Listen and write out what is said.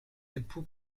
époux